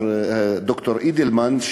ד"ר אידלמן,